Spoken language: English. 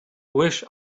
wish